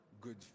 good